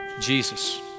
Jesus